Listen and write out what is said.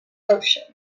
ocean